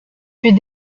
fut